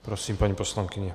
Prosím, paní poslankyně.